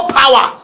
power